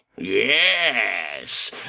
Yes